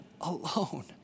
alone